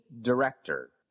director